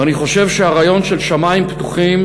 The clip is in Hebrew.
ואני חושב שהרעיון של שמים פתוחים,